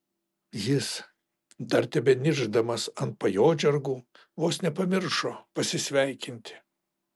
jis dar tebeniršdamas ant pajodžargų vos nepamiršo pasisveikinti